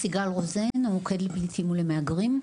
סיגל רוזן, המוקד לפליטים ולמהגרים.